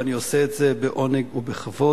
ואני עושה את זה בעונג ובכבוד.